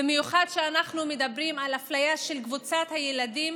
במיוחד כשאנחנו מדברים על אפליה של קבוצת הילדים